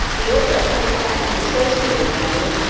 we also contacted an associate of the family,